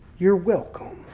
you're welcome.